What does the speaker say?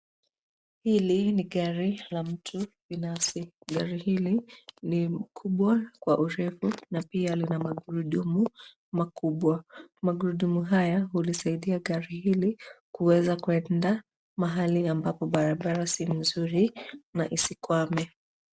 Hili ni gari la mtu binafsi. Lori hili ni kubwa kwa urefu na pia lina magurudumu makubwa. Magurudumu haya hulisaidia gari hili kuweza kuenda mahali ambapo barabara si mzuri na isikwame.